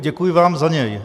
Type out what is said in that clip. Děkuji vám za něj.